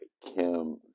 kim